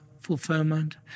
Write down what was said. fulfillment